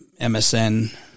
MSN